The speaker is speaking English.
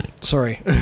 sorry